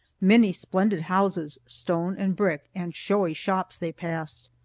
many splendid houses, stone and brick, and showy shops, they passed.